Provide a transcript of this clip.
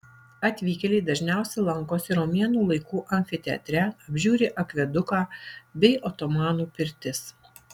atvykėliai dažniausiai lankosi romėnų laikų amfiteatre apžiūri akveduką bei otomanų pirtis